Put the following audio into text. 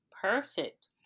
Perfect